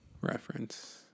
reference